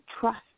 trust